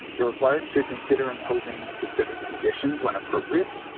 you're required to consider imposing specific conditions when appropriate,